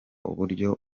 uburyo